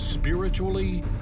Spiritually